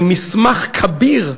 זה מסמך כביר,